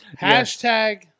Hashtag